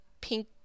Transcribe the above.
pink